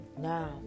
Now